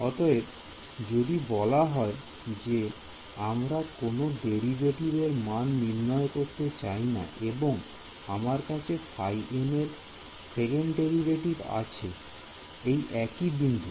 অতএব যদি বলা হয় যে আমরা কোন ডেরিভেটিভ এর মান নির্ণয় করতে চাইনা এবং আমার কাছে এর সেকেন্ড ডেরিভেটিভ আছে এই একটি বিন্দুতে